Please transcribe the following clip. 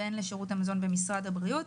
והן לשירות המזון במשרד הבריאות.